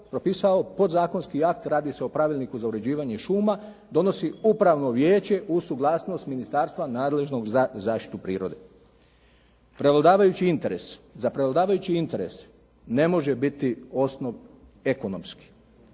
podzakonski akt. Radi se o Pravilniku za uređivanje šuma. Donosi Upravno vijeće uz suglasnost ministarstva nadležnog za zaštitu prirode. Prevladavajući interes. Za prevladavajući interes ne može biti osnov ekonomski.